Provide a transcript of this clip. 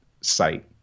site